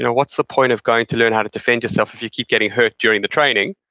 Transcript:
you know what's the point of going to learn how to defend yourself if you keep getting hurt during the training,